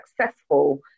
successful